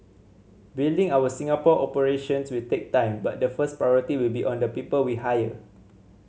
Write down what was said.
building our Singapore operations will take time but the first priority will be on the people we hire